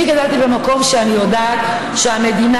אני גדלתי במקום שאני יודעת שהמדינה,